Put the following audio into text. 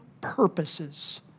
purposes